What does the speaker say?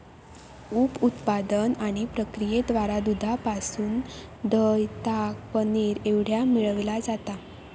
उप उत्पादन आणि प्रक्रियेद्वारा दुधापासून दह्य, ताक, पनीर एवढा मिळविला जाता